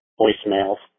voicemails